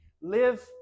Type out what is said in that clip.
live